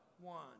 One